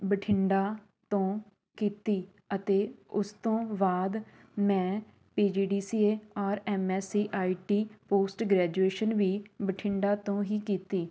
ਬਠਿੰਡਾ ਤੋਂ ਕੀਤੀ ਅਤੇ ਉਸ ਤੋਂ ਬਾਅਦ ਮੈਂ P G D C A ਔਰ M S E I T post graduation ਵੀ ਬਠਿੰਡਾ ਤੋਂ ਹੀ ਕੀਤੀ